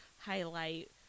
highlight